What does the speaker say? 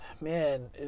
man